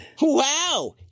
Wow